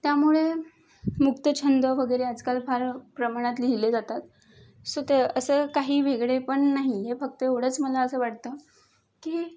त्यामुळे मुक्तछंद वगैरे आजकाल फार प्रमाणात लिहिले जातात सो त्या असं काही वेगळेपण नाही हे फक्त एवढंच मला असं वाटतं की